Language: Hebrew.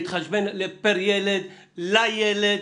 להתחשבן פר ילד ולילד.